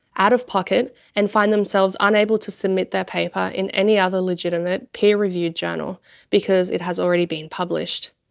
out of pocket and find themselves unable to submit their paper in any other legitimate, peer reviewed journal because it has already been published.